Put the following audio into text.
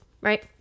right